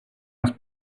los